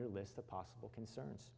your list of possible concerns